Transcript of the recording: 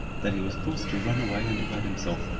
that he was forced to run away and hide himself,